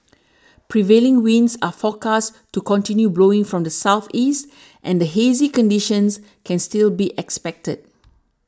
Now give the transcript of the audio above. prevailing winds are forecast to continue blowing from the southeast and the hazy conditions can still be expected